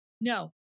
No